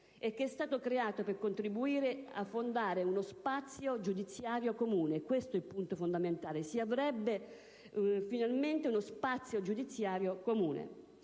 e che è stato creato per contribuire a fondare uno spazio giudiziario comune. Questo è il punto fondamentale: si avrebbe, finalmente, uno spazio giudiziario comune.